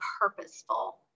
purposeful